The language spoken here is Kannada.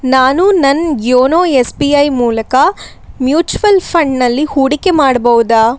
ನಾನು ನನ್ನ ಯೋನೋ ಎಸ್ ಬಿ ಐ ಮೂಲಕ ಮ್ಯೂಚುವಲ್ ಫಂಡ್ನಲ್ಲಿ ಹೂಡಿಕೆ ಮಾಡ್ಬೋದ